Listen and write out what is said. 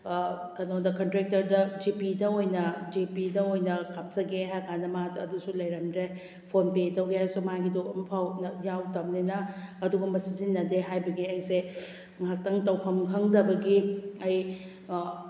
ꯀꯩꯅꯣꯗ ꯀꯟꯇ꯭ꯔꯦꯛꯇꯔꯗ ꯖꯤꯄꯤꯗ ꯑꯣꯏꯅ ꯖꯤꯄꯤꯗ ꯑꯣꯏꯅ ꯀꯥꯞꯆꯒꯦ ꯍꯥꯏꯀꯥꯟꯗ ꯃꯥꯗꯣ ꯑꯗꯨꯁꯨ ꯂꯩꯔꯝꯗ꯭ꯔꯦ ꯐꯣꯟꯄꯦ ꯇꯧꯒꯦ ꯍꯥꯏꯔꯁꯨ ꯃꯥꯒꯤꯗꯣ ꯑꯝꯐꯥꯎꯅ ꯌꯥꯎꯗꯝꯅꯤꯅ ꯑꯗꯨꯒꯨꯝꯕ ꯁꯤꯖꯤꯟꯅꯗꯦ ꯍꯥꯏꯕꯒꯤ ꯑꯩꯁꯦ ꯉꯥꯏꯍꯥꯛꯇꯪ ꯇꯧꯐꯝ ꯈꯪꯗꯕꯒꯤ ꯑꯩ